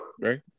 right